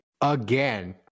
again